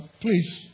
Please